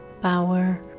power